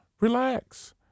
Relax